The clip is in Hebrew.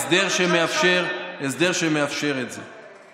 הסדר שמאפשר את זה.